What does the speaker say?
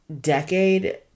decade